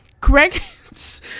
Correct